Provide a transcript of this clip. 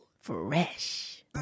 fresh